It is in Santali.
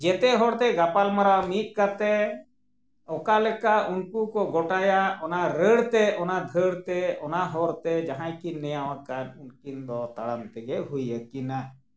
ᱡᱚᱛᱚ ᱦᱚᱲ ᱛᱮ ᱜᱟᱯᱟᱞᱢᱟᱨᱟᱣ ᱢᱤᱫ ᱠᱟᱛᱮ ᱚᱠᱟ ᱞᱮᱠᱟ ᱩᱱᱠᱩ ᱠᱚ ᱜᱚᱴᱟᱭᱟ ᱚᱱᱟ ᱨᱟᱹᱲ ᱛᱮ ᱚᱱᱟ ᱫᱷᱟᱹᱲ ᱛᱮ ᱚᱱᱟ ᱦᱚᱨ ᱛᱮ ᱡᱟᱦᱟᱸᱭ ᱠᱤᱱ ᱱᱮᱭᱟᱣᱟᱠᱟᱱ ᱩᱱᱠᱤᱱ ᱫᱚ ᱛᱟᱲᱟᱢ ᱛᱮᱜᱮ ᱦᱩᱭᱟᱠᱤᱱᱟ